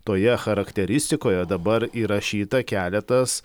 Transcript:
toje charakteristikoje dabar įrašyta keletas